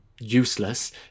useless